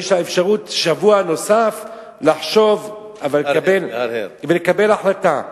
יש לה אפשרות שבוע נוסף לחשוב ולקבל החלטה.